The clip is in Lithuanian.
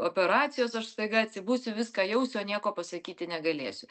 operacijos aš staiga atsibusiu viską jausiu o nieko pasakyti negalėsiu